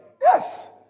Yes